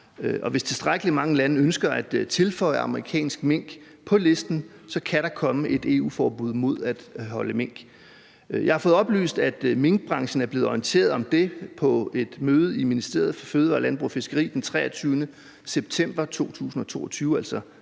hvis tilstrækkelig mange lande ønsker at tilføje amerikansk mink til listen, kan der komme et EU-forbud mod at holde mink. Jeg har fået oplyst, at minkbranchen er blevet orienteret om det på et møde i Ministeriet for Fødevarer, Landbrug og Fiskeri den 23. september 2022,